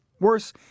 Worse